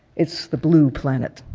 it's the blue planet.